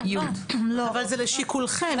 אבל זה לשיקולכם,